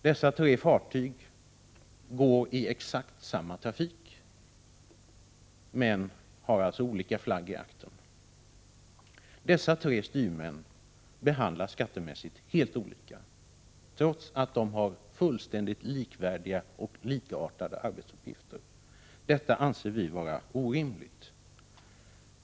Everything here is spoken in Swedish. De tre fartygen går i exakt samma trafik, men har olika flagg i aktern. Dessa tre styrmän behandlas skattemässigt helt olika, trots att de har helt likartade arbetsuppgifter. Ett sådant förhållande anser vi vara orimligt.